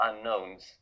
unknowns